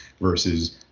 versus